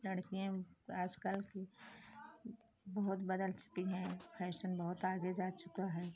लड़कियाँ आज कल की बहुत बदल चुकी हैं फैशन बहुत आगे जा चुका है